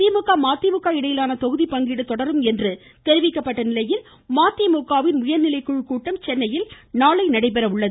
திமுக மதிமுக இடையிலான தொகுதிப்பங்கீடு தொடரும் என்று தெரிவிக்கப்பட்ட நிலையில் மதிமுகவின் உயர்நிலைக்குழு கூட்டம் சென்னையில் நாளை நடைபெறுகிறது